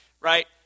Right